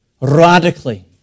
Radically